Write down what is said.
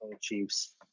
Chiefs